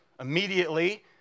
immediately